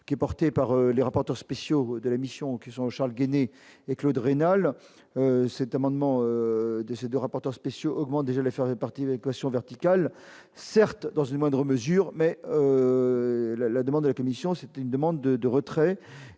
qui est porté par les rapporteurs spéciaux de la mission qui sont Charles et Claude rénal cet amendement de ces 2 rapporteurs spéciaux augment déjà l'effet répartis évacuation verticale, certes dans une moindre mesure, mais. La demande de la commission, c'était une demande de retrait